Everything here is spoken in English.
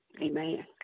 amen